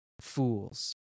fools